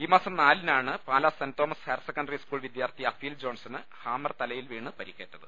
ഈ മാസം നാലിനാണ് Pala Saint Thomas higher secondary school വിദ്യാർത്ഥി അഫീൽ ജോൺസന് ഹാമർ തലയിൽ വീണ് പരിക്കേറ്റത്